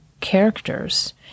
characters